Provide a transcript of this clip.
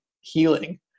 healing